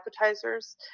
appetizers